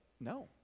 no